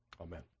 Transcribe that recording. Amen